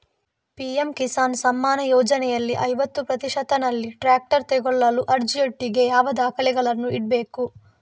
PM Kisan Samman ಯೋಜನೆಯಲ್ಲಿ ಐವತ್ತು ಪ್ರತಿಶತನಲ್ಲಿ ಟ್ರ್ಯಾಕ್ಟರ್ ತೆಕೊಳ್ಳಲು ಅರ್ಜಿಯೊಟ್ಟಿಗೆ ಯಾವ ದಾಖಲೆಗಳನ್ನು ಇಡ್ಬೇಕು?